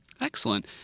Excellent